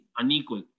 unequal